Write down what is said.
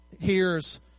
hears